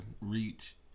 reach